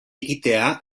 ekitea